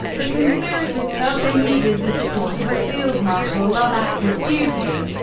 the conspirators felt they needed the support of a field marshal on active duty.